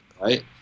right